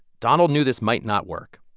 donald knew this might not work.